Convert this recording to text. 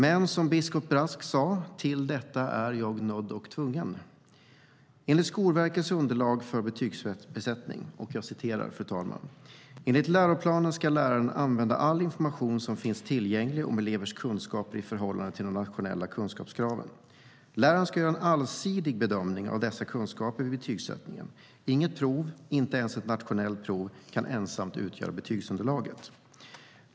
Men som biskop Brask sa: Till detta är jag nödd och tvungen. I Skolverkets underlag för betygssättning står det att läraren enligt läroplanen ska "använda all information som finns tillgänglig om elevens kunskaper i förhållande till de nationella kunskapskraven. Läraren ska göra en allsidig bedömning av dessa kunskaper vid betygssättningen. Inget prov, inte ens ett nationellt prov, kan ensamt utgöra betygsunderlaget.